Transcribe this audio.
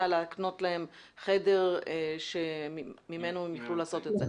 להקנות להם חדר שממנו הם יוכלו לעשות את זה.